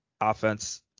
offense